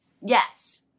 yes